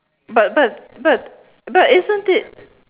but but but but isn't it